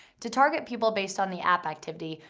to target people based on the app activity,